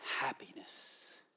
happiness